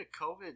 covid